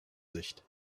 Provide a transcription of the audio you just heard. sicht